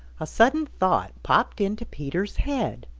a sudden thought popped into peter's head.